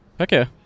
Okay